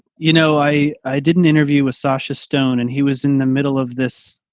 you know, i i did an interview with sasha stone and he was in the middle of this.